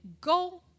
Go